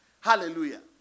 Hallelujah